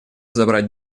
забрать